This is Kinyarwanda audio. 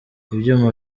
ibyuma